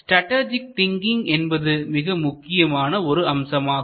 strategic thinking என்பது மிக முக்கியமான ஒரு அம்சமாகும்